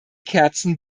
kerzen